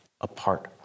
apart